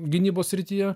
gynybos srityje